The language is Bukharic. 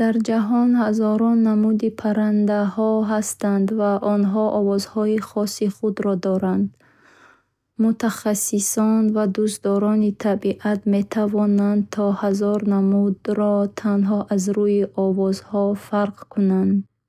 Дар ҷаҳон ҳазорон намуди парранда ҳастанд, ва с онҳо овози хоси худ доранд. Мутахассисон ва дӯстдорони табиат метавонанд то ҳазор намудро танҳо аз рӯи овоз фарқ кунанд. Суруди ҳар парранда ҳамчун имзо ё шиносномаи садоӣ хизмат мекунад.